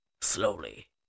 Slowly